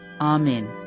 Amen